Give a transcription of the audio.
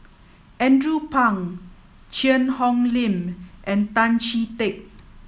Andrew Phang Cheang Hong Lim and Tan Chee Teck